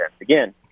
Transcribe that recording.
Again